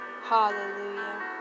Hallelujah